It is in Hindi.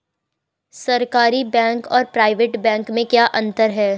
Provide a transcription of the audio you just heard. सरकारी बैंक और प्राइवेट बैंक में क्या क्या अंतर हैं?